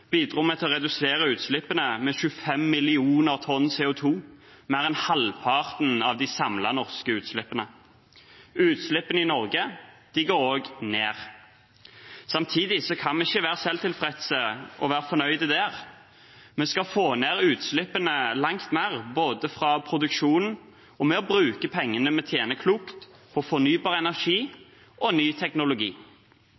til å redusere utslippene med 25 mill. tonn CO 2 , mer enn halvparten av de samlede norske utslippene. Utslippene i Norge går også ned. Samtidig kan vi ikke være selvtilfredse og fornøyde med det. Vi skal få ned utslippene langt mer, både fra produksjonen og ved å bruke pengene vi tjener, klokt, på fornybar energi